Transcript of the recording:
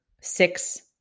six